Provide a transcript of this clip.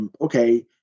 okay